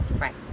Right